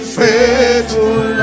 faithful